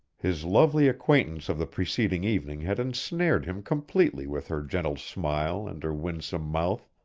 his lovely acquaintance of the preceding evening had ensnared him completely with her gentle smile and her winsome mouth,